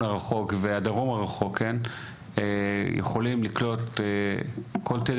הרחוק עד הדרום הרחוק יכולים לקלוט כל תדר